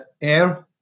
air